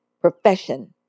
profession